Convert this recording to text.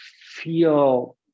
feel